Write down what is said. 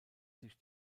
sich